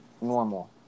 normal